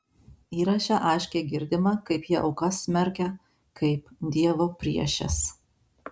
įraše aiškiai girdima kaip jie aukas smerkia kaip dievo priešes